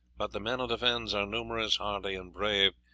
but the men of the fens are numerous, hardy and brave,